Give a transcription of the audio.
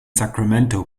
sacramento